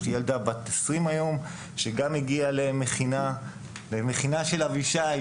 היום יש לי ילדה בת 20 שגם הגיעה למכינה של אבישי.